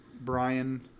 Brian